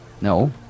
No